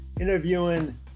interviewing